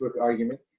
argument